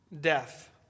death